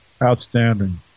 outstanding